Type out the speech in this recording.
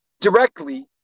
directly